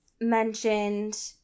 mentioned